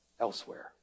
elsewhere